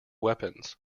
weapons